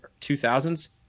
2000s